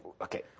okay